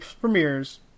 premieres